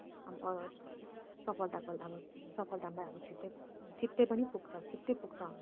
अब सफलताको अब सफलतामा हामी छिट्टै छिट्टै पनि पुग्छौँ छिट्टै पुग्छौँ हामी